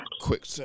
quick